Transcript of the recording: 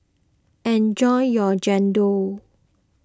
enjoy your Chendol